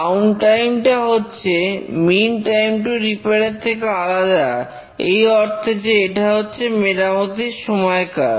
down time টা হচ্ছে mean time to repair এর থেকে আলাদা এই অর্থে যে এটা হচ্ছে মেরামতির সময়কাল